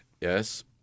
yes